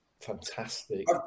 fantastic